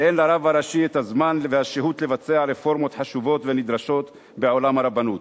ואין לרב הראשי הזמן והשהות לבצע רפורמות חשובות ונדרשות בעולם הרבנות.